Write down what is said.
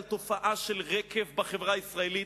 על תופעה של רקב בחברה הישראלית,